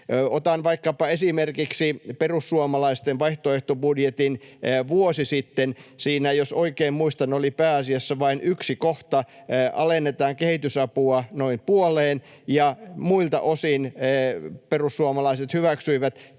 Otan esimerkiksi vaikkapa perussuomalaisten vaihtoehtobudjetin vuosi sitten. Siinä, jos oikein muistan, oli pääasiassa vain yksi kohta, alennetaan kehitysapua noin puoleen, ja muilta osin perussuomalaiset hyväksyivät